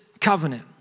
covenant